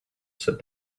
said